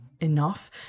enough